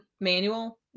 manual